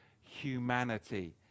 humanity